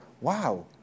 Wow